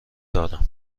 دارم